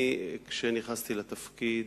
כשאני נכנסתי לתפקיד,